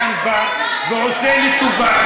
האיש כאן בא ועושה לי טובה,